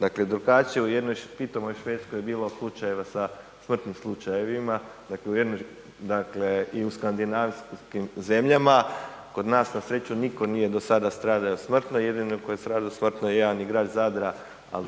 dakle drugačiji, u jednoj pitomoj Švedskoj je bilo slučajeva sa smrtnim slučajevima, dakle u jednoj, dakle i u skandinavskim zemljama, kod nas nasreću niko nije do sada stradao smrtno, jedino ko je stradao smrtno je jedan igrač Zadra,